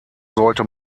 sollte